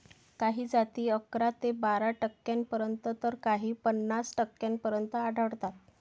काही जाती अकरा ते बारा टक्क्यांपर्यंत तर काही पन्नास टक्क्यांपर्यंत आढळतात